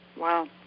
Wow